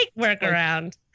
workaround